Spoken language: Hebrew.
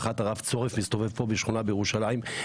הרב צורף מסתובב פה בשכונה בירושלים.